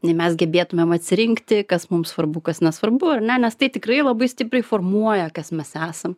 ne mes gebėtume atsirinkti kas mums svarbu kas nesvarbu ar ne nes tai tikrai labai stipriai formuoja kas mes esam